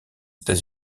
états